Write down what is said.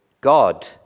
God